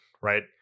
right